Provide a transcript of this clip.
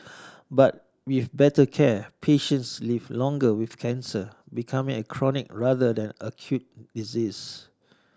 but with better care patients live longer with cancer becoming a chronic rather than acute disease